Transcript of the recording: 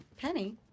Penny